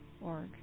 org